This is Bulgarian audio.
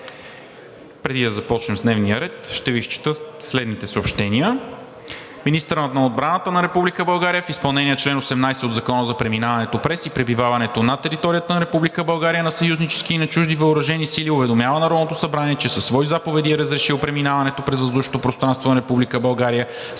Преди да започнем с дневния ред, ще Ви изчета следните съобщения: